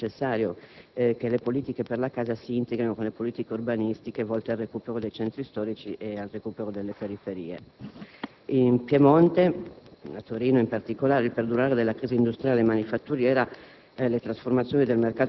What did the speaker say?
E' auspicabile e necessario che le politiche per la casa si integrino con le politiche urbanistiche volte al recupero dei centri storici e delle periferie. In Piemonte, a Torino in particolare, il perdurare della crisi industriale e manifatturiera,